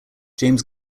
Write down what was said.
james